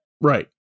Right